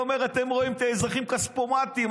ואומר: אתם רואים את האזרחים כספומטים,